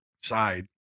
side